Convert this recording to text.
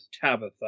tabitha